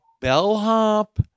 bellhop